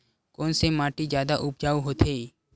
कोन से माटी जादा उपजाऊ होथे?